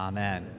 Amen